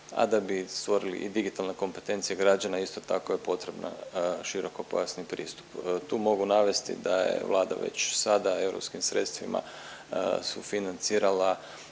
a da bi stvorili digitalne kompetencije građana isto tako je potrebna širokopojasni pristup. Tu mogu navesti da je Vlada već sada EU sredstvima sufinancirala